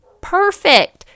perfect